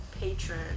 patron